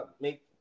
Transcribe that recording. make